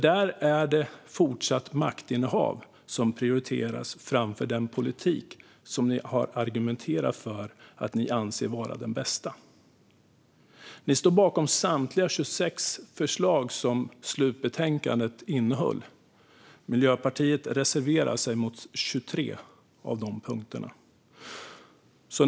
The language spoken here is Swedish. Där är det fortsatt maktinnehav som prioriteras framför den politik som ni har argumenterat för att ni anser vara den bästa. Ni står bakom samtliga 26 förslag som slutbetänkandet innehöll. Miljöpartiet reserverade sig mot 23 av de punkterna.